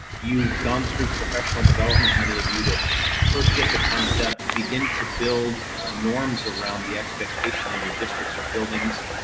you've gone through professional development, many of you to first get the concept begin to build a norms around the expectation in your districts or buildings.